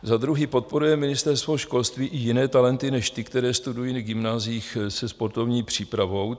Za druhé, podporuje Ministerstvo školství i jiné talenty než ty, které studují na gymnáziích se sportovní přípravou?